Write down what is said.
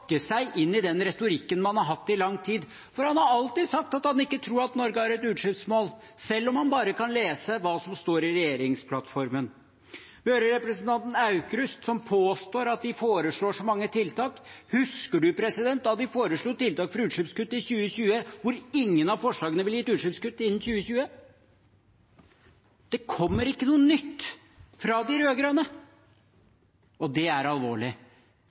inn i den retorikken man har hatt i lang tid, for han har alltid sagt at han ikke tror at Norge har et utslippsmål, selv om han bare kan lese hva som står i regjeringsplattformen. Jeg hører representanten Aukrust påstå at de foreslår så mange tiltak. Husker du, president, da de foreslo tiltak for utslippskutt i 2020? Ingen av forslagene ville gitt utslippskutt innen 2020. Det kommer ikke noe nytt fra de rød-grønne, og det er alvorlig.